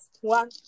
one